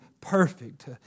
perfect